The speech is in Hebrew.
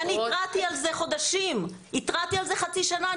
אני התרעתי על זה חודשים, התרעתי על זה חצי שנה.